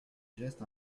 geste